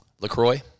Lacroix